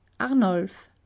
Arnulf